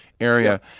area